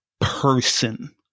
person